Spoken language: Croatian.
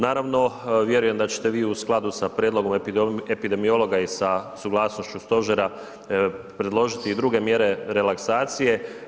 Naravno, vjerujem da ćete vi u skladu s prijedlogom epidemiologa i sa suglasnošću stožera predložiti i druge mjere relaksacije.